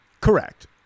Correct